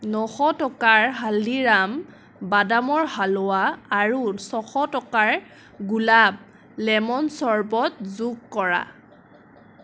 নশ টকাৰ হালদিৰাম বাদামৰ হালৱা আৰু ছশ টকাৰ গুলাব লেমন চৰ্বত যোগ কৰা